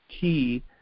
key